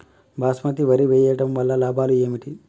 బాస్మతి వరి వేయటం వల్ల లాభాలు ఏమిటి?